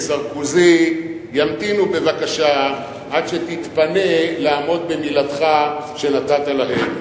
וסרקוזי ימתינו בבקשה עד שתתפנה לעמוד במילתך שנתת להם?